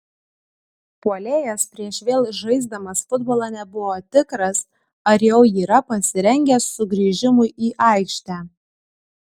puolėjas prieš vėl žaisdamas futbolą nebuvo tikras ar jau yra pasirengęs sugrįžimui į aikštę